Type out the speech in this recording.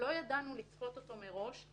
שלא ידענו לצפות מראש,